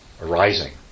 arising